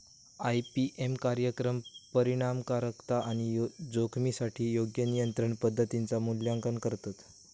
IPM कार्यक्रम परिणामकारकता आणि जोखमीसाठी योग्य नियंत्रण पद्धतींचा मूल्यांकन करतत